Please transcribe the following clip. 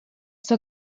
suo